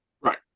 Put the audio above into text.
Right